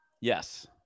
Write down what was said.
Yes